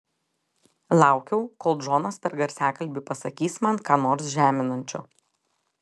laukiau kol džonas per garsiakalbį pasakys man ką nors žeminančio